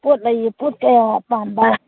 ꯄꯣꯠ ꯂꯩꯌꯦ ꯄꯣꯠ ꯀꯌꯥ ꯄꯥꯝꯕ